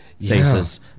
faces